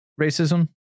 racism